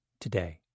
today